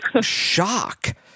shock